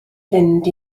fynd